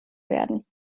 werden